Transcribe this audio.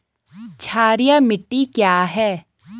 क्षारीय मिट्टी क्या है?